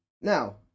Now